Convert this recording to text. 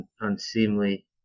unseemly